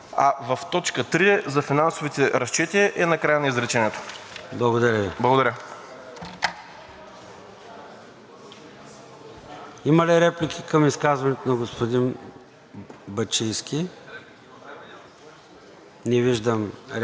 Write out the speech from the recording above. Има ли реплики към изказването на господин Бачийски? Не виждам. За изказване – госпожа Екатерина Захариева. ЕКАТЕРИНА